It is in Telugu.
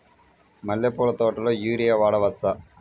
మల్లె పూల తోటలో యూరియా వాడవచ్చా?